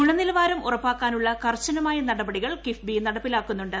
ഗുണനിലവാരം ഉറപ്പാക്കാനുള്ള കർശനമായ നടപടികൾ കിഫ്ബി നടപ്പാക്കുന്നുണ്ട്